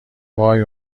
وای